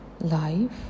Life